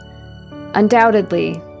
Undoubtedly